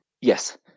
yes